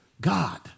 God